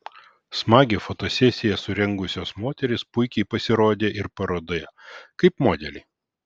smagią fotosesiją surengusios moterys puikiai pasirodė ir parodoje kaip modeliai